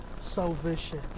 salvation